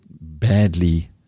badly